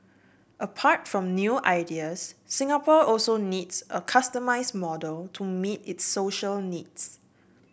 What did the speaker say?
apart from new ideas Singapore also needs a customised model to meet its social needs